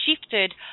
shifted